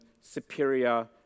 superior